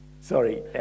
Sorry